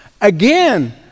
again